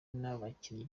n’ababyinnyi